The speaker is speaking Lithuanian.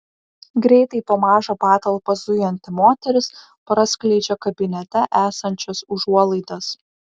greitai po mažą patalpą zujanti moteris praskleidžia kabinete esančias užuolaidas